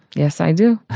yes, i do.